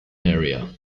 area